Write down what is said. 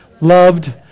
loved